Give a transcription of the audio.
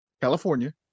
California